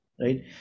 right